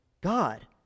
God